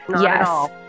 Yes